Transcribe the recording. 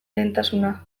lehentasuna